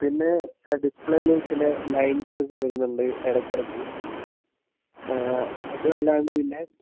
പിന്നെ ഡിസ്പ്ലൈയിൽ ചില ലൈൻസൊക്കെ വരുന്നുണ്ട് ഇടയ്ക്കിടയ്ക്ക് അതും അല്ലാണ്ട് പിന്നെ